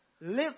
live